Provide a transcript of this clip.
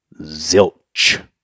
zilch